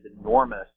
enormous